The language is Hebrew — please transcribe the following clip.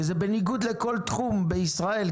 שזה בניגוד לכל תחום בישראל,